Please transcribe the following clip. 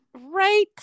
Right